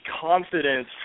confidence